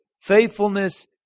faithfulness